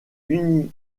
uninominal